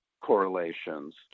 correlations